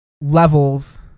levels